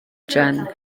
john